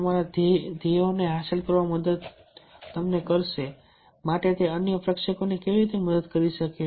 તમારા ધ્યેયો હાંસલ કરવામાં તમને મદદ કરવા માટે તે અન્ય પક્ષોને કેવી રીતે મદદ કરી શકે છે